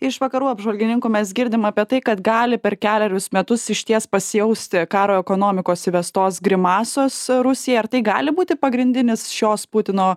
iš vakarų apžvalgininkų mes girdim apie tai kad gali per kelerius metus išties pasijausti karo ekonomikos įvestos grimasos rusija ar tai gali būti pagrindinis šios putino